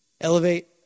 Elevate